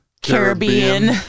Caribbean